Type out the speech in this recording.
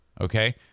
Okay